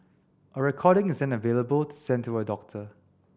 a recording is then available to send to a doctor